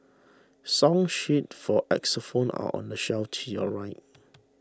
song sheets for xylophones are on the shelf to your right